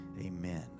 amen